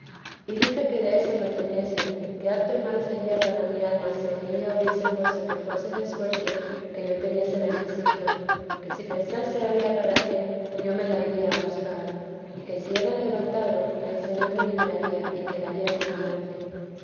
y dije que deso no temiesen que harto mal sería para mi alma si en ella hubiese cosa que fuese de suerte que yo temiese la inquisición que si pensase había para qué yo me la iría a buscar y que si era levantado que el señor me libraría y quedaría con ganancia